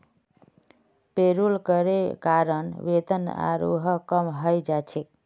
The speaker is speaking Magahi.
पेरोल करे कारण वेतन आरोह कम हइ जा छेक